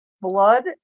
Blood